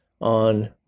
on